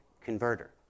converter